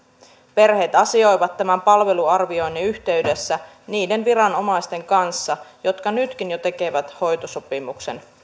perheet asioivat tämän palveluarvioinnin yhteydessä niiden viranomaisten kanssa jotka nytkin jo tekevät hoitosopimuksen